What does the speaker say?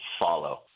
follow